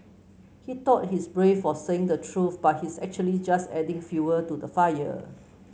he thought he's brave for saying the truth but he's actually just adding fuel to the fire